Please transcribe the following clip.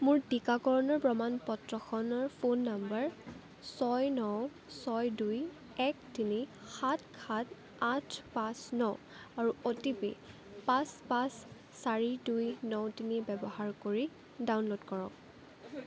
মোৰ টিকাকৰণৰ প্ৰমাণ পত্ৰখনৰ ফোন নম্বৰ ছয় ন ছয় দুই এক তিনি সাত সাত আঠ পাঁচ ন আৰু অ'টিপি পাঁচ পাঁচ চাৰি দুই ন তিনি ব্যৱহাৰ কৰি ডাউনলোড কৰক